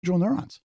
neurons